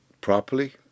properly